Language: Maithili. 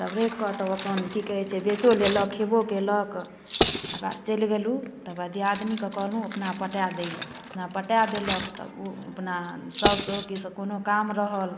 तब राखिकऽ तब अपन कि कहै छै बेचिओ लेलक खेबो केलक आओर चलि गेलहुँ तऽ दिआदनीके कहलहुँ अपना पटा दैलए अपना पटा देलक तब ओ अपना साउसेके कोनो काम रहल